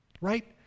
Right